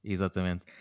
Exatamente